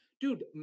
dude